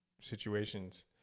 situations